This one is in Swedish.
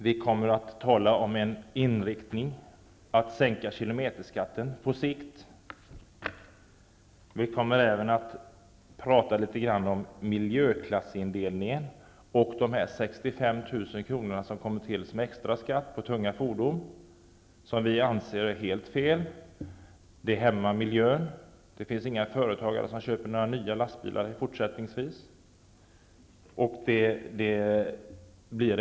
Vi kommer också att tala om vår inriktning här, dvs. att det på sikt blir sänkt kilometerskatt. Miljöklassindelningen kommer även att beröras liksom de 65 000 kronorna när det gäller den extraskatt som tillkommer för tunga fordon och som vi anser vara en helt felaktig åtgärd. Miljön hämmas. Inga företagare köper fortsättningsvis nya lastbilar.